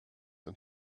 and